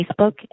Facebook